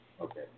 Okay